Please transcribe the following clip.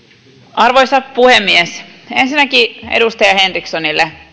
arvoisa puhemies ensinnäkin edustaja henrikssonille